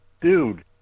dude